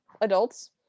adults